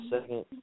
second